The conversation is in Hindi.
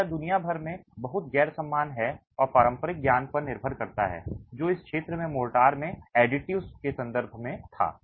तो यह दुनिया भर में बहुत गैर समान है और पारंपरिक ज्ञान पर निर्भर करता है जो इस क्षेत्र में मोर्टार में एडिटिव्स के संदर्भ में था